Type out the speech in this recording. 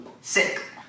sick